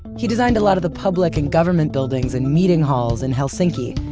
he designed a lot of the public and government buildings and meeting halls in helsinki.